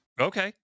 Okay